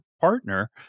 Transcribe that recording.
partner